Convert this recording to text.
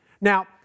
Now